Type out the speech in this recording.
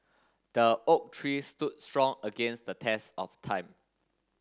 the oak tree stood strong against the test of time